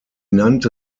nannte